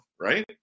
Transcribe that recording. right